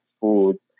food